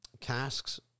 casks